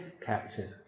captain